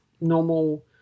normal